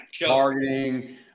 Targeting